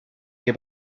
que